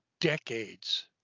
decades